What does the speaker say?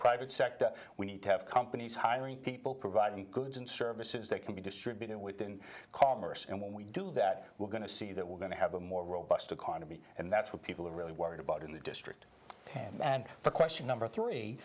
private sector we need to have companies hiring people providing goods and services that can be distributed within commerce and when we do that we're going to see that we're going to have a more robust economy and that's what people are really worried about in the district and question number three